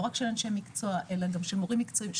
רק של אנשי מקצוע אלא גם של מורים מקצועיים,